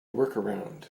workaround